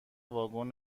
واگن